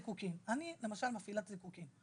למשל מפעילת זיקוקין.